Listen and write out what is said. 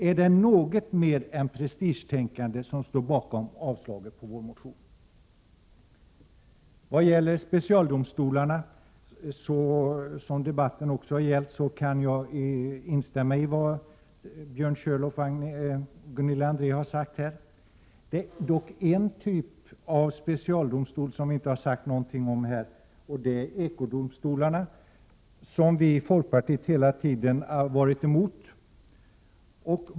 Är det något annat än prestigetänkande som står bakom yrkandet om avslag på vår motion? När det gäller specialdomstolarna som debatten också har gällt, kan jag instämma i vad Björn Körlof och Gunilla André har sagt. Det är dock en typ av specialdomstol som vi inte har sagt något om. Det är ekodomstolarna, som vi i folkpartiet hela tiden har varit emot.